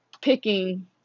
picking